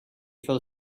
fell